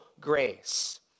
grace